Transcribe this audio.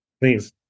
Please